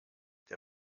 der